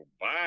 bye